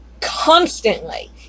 constantly